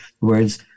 words